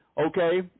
okay